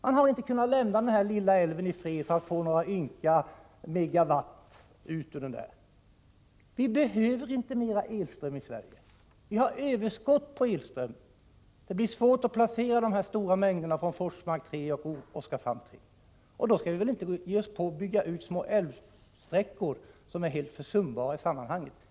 Man har inte kunnat lämna den här lilla älven i fred, för att få ut några ynka megawatt. Vi behöver inte mera elström i Sverige — vi har överskott. Det blir svårt att placera de stora mängderna från Forsmark 3 och Oskarshamn 3. Då skall vi väl inte ge oss på att bygga ut små älvsträckor som är helt försumbara i sammanhanget?